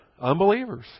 unbelievers